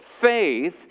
faith